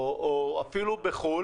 או אפילו בחו"ל,